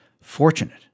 fortunate